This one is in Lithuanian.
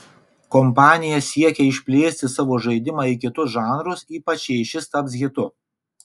kompanija siekia išplėsti savo žaidimą į kitus žanrus ypač jei šis taps hitu